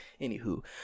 anywho